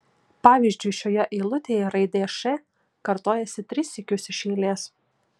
pavyzdžiui šioje eilutėje raidė š kartojasi tris sykius iš eilės